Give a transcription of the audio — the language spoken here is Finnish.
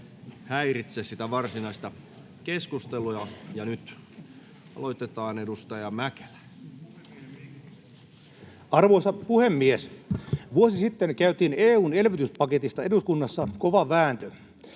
häiritse varsinaista keskustelua. Nyt aloitetaan. — Edustaja Mäkelä. Arvoisa puhemies! Vuosi sitten käytiin eduskunnassa kova vääntö